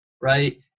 right